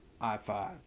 i5